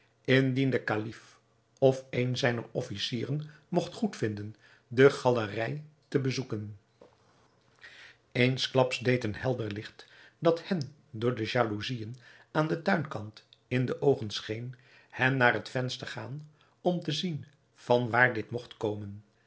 de kalif of een zijner officieren mogt goedvinden de galerij te bezoeken eensklaps deed een helder licht dat hen door de jalousiën aan den tuinkant in de oogen scheen hen naar het venster gaan om te zien van waar dit mogt komen